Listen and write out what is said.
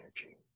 energy